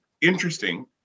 interesting